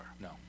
No